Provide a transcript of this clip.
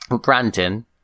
brandon